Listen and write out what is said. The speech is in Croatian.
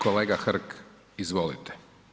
Kolega Hrg izvolite.